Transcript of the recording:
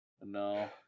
No